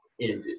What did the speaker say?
ended